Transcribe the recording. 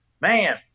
man